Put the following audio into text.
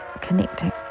connecting